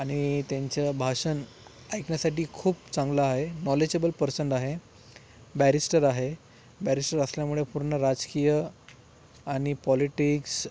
आणि त्यांचं भाषण ऐकण्यासाठी खूप चांगलं आहे नॉलेजबल पर्सन्ड आहे बॅरिस्टर आहे बॅरिस्टर असल्यामुळे पूर्ण राजकीय आणि पॉलिटिक्स